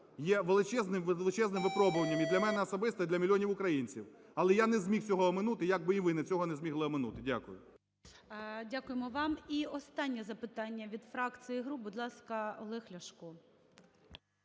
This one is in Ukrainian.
є величезним-величезним випробуванням і для мене особисто, і для мільйонів українців, але я не зміг цього оминути, як би і ви цього не змогли оминути. Дякую. ГОЛОВУЮЧИЙ. Дякуємо вам. І останнє запитання від фракцій і груп. Будь ласка, Олег Ляшко.